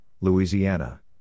Louisiana